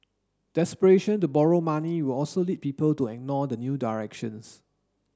desperation to borrow money will also lead people to ignore the new directions